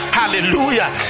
hallelujah